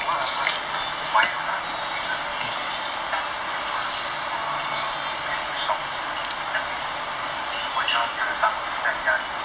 from what I heard my [one] ah coding is super super 轻松 I think majority of the time 是在家里